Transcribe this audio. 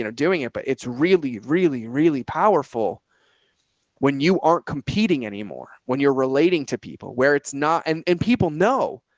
you know doing it. but it's really, really, really powerful when you aren't competing anymore. when you're relating to people where it's not, and and people know.